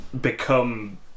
become